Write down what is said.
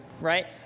right